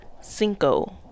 cinco